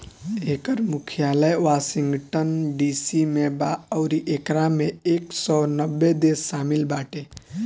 एकर मुख्यालय Washington DC में बा अउरी एकरा में एक सौ नब्बे देश शामिल बाटे